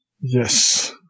Yes